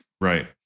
right